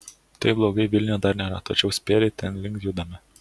taip blogai vilniuje dar nėra tačiau spėriai tenlink judame